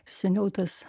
seniau tas